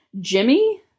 Jimmy